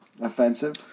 Offensive